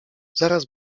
zaraz